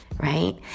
right